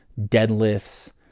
deadlifts